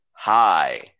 hi